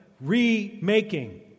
remaking